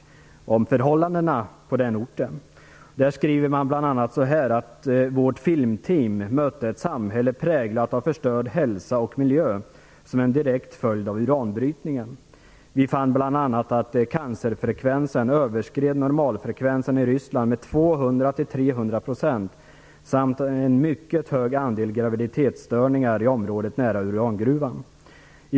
Det gäller förhållandena på den orten. Man skriver bl.a.: "Vårt filmteam mötte ett samhälle präglat av förstörd hälsa och miljö som en direkt följd av uranbrytningen. Vi fann bl.a. att cancerfrekvensen överskred normalfrekvensen i Ryssland med 200-300 procent samt en mycket hög andel graviditetsstörningar i området nära urangruvan i Krasnokamensk.